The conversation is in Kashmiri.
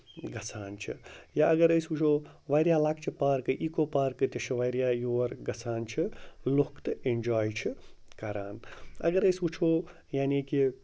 گَژھان چھِ یا اگر أسۍ وٕچھو واریاہ لۄکچہِ پارکہٕ ایٖکو پارکہٕ تہِ چھِ واریاہ یور گژھان چھِ لُکھ تہٕ اٮ۪نجاے چھِ کَران اَگر أسۍ وٕچھو یعنی کہِ